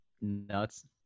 nuts